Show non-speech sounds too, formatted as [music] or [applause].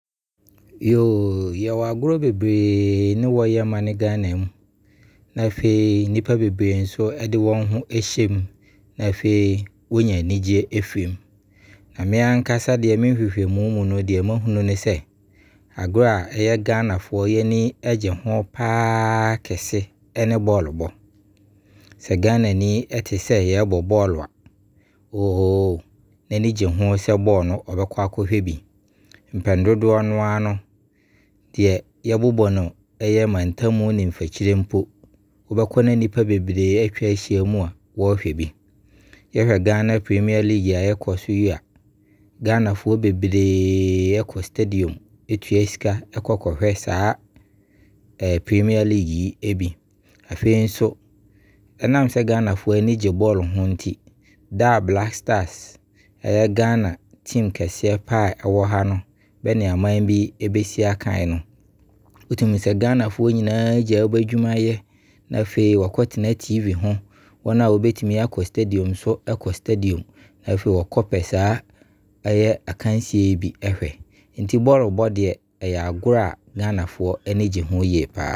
[hesitation] Yɛwɔ agorɔ bebree ne wɔ yɛ man Ghana mu. Na afei nipa bebree nso de wɔn ho hye mu, na afei wɔnya anigye afiri mu. Na me ankasa deɛ, mehwehwɛ mu deɛ, mahunu sɛ agorɔ Ghanafoɔ ani gye ho paa kese ne bɔɔlɔ bo. Sɛ Ghanani ɛte sɛ yɛbɔ bɔɔlɔ a, n'ani gye ho sɛ ɔbɛkɔ akɔhwɛ bi. Mpɛn dodoɔ no a no, deɛ yɛbobɔ no mantam mpo ne mfirikyire mpo no, wobɛkɔ na nipa bebree na atwa ahyia mu ɛhwɛ bi. Yɛhwɛ 'Ghana Premier League' a ɛkɔ so yi a, Ghanafoɔ bebree ne kɔ 'stadium' ɛtua sika kɔhwɛ saa 'Premier League' yi bi. Afei nso, ɛnam sɛ Ghanafoɔ anigye bɔɔlɔ ho nti, da 'Black stars' ɛyɛ 'Ghana team' keseɛ paa ɛwɔ ha no bɛne aman bi bɛsi akan no, wotumi hunu sɛ Ghanafoɔ nyinaa gyae badwuma yɛ na afei wɔakɔ tena 'TV' ho. Wɔn a wɔbɛtumi akɔ 'stadium' na afei wɔkɔ pɛ saa ɛyɛ akansie yi bi ɔhwɛ. Nti bɔɔlɔ bɔ deɛ, ɛyɛ agorɔ a Ghanafoɔ anigye ho yie pa ara.